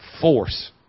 force